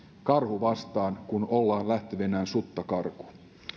karhu vastaan kun ollaan lähtevinään sutta karkuun